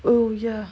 oh ya